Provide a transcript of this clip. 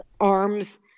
arms